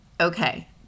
okay